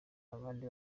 abandi